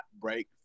break